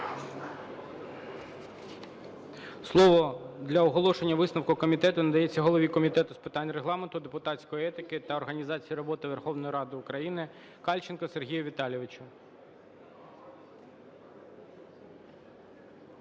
Слово для оголошення висновку комітету надається голові Комітету з питань Регламентну, депутатської етики та організації роботи Верховної Ради України Кальченку Сергію Віталійовичу.